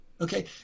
Okay